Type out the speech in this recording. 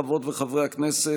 חברות וחברי הכנסת,